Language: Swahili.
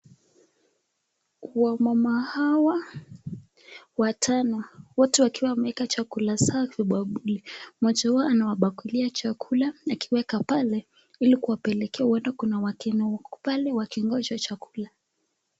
Wamama hawa watano wote wakiwa wameeka chakula safi bakuli. Mmoja wao anawapakulia chakula akiweka pale ilikuwapelekea huwenda kuna wageni huko pale wakingoja chakula.